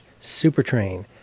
supertrain